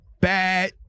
bad